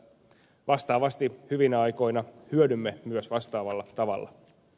vastaavasti hyvinä aikoina hyödymme myös vastaavalla tavalla